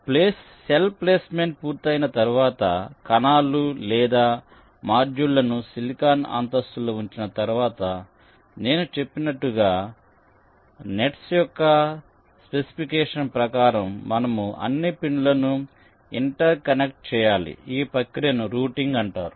కాబట్టి cell placement పూర్తయిన తర్వాత కణాలు లేదా మాడ్యూళ్ళను సిలికాన్ అంతస్తులో ఉంచిన తర్వాత నేను చెప్పినట్లుగా నెట్స్ యొక్క స్పెసిఫికేషన్ ప్రకారం మనము అన్ని పిన్లను ఇంటర్ కనెక్ట్ చేయాలి ఈ ప్రక్రియను రూటింగ్ అంటారు